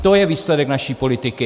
To je výsledek naší politiky!